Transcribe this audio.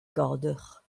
gador